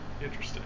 Interesting